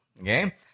Okay